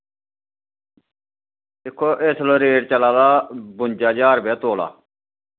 दिक्खो इसलै रेट चला दा बुंजा ज्हार रपेआ तोला